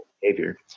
behavior